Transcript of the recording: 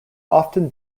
often